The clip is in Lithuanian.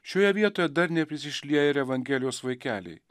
šioje vietoje darniai prisišlieja ir evangelijos vaikeliai